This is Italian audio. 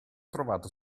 trovato